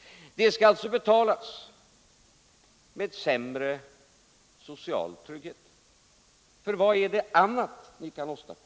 Och detta skall alltså betalas med sämre social trygghet — för vad annat är det ni kan åstadkomma?